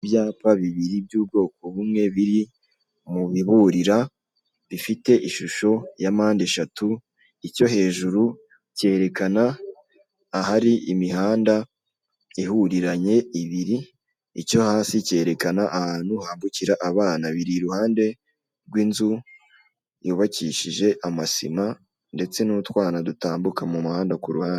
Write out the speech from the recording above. Ibyapa bibiri biri mu bwoko bumwe biri mu biburira bifite ishusho ya mpande eshatu, icyo hejuru cyerekana ahari imihanda ihuriranye ibiri, icyo hasi cyerekana ahantu hambukira abana, biri i ruhande rw'inzu yubakishije amasima ndetse n'utwana dutambuka mu muhanda ku ruhande.